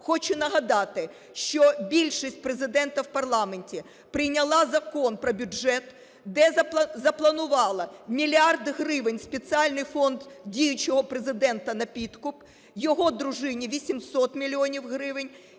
Хочу нагадати, що більшість Президента в парламенті прийняла Закон про бюджет, де запланувала мільярд гривень в спеціальний фонд діючого Президента на підкуп, його дружині – 800 мільйонів гривень